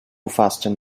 fasten